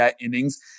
innings